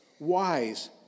wise